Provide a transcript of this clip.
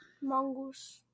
Mongoose